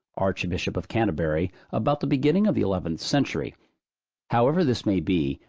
archbishop of canterbury, about the beginning of the eleventh century however this may be,